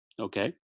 okay